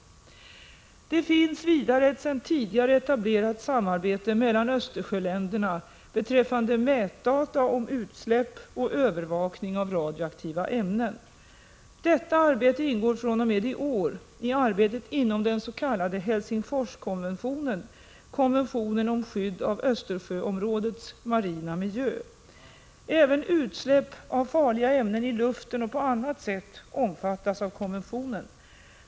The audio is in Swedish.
e Det finns vidare ett sedan tidigare etablerat samarbete mellan Östersjölän derna beträffande mätdata om utsläpp och övervakning av radioaktiva ämnen. Detta arbete ingår fr.o.m. i år i arbetet inom den s.k. Helsingforskonventionen — konventionen om skydd av Östersjöområdets marina miljö. Även utsläpp av farliga ämnen i luften och på annat sätt omfattas av konventionen.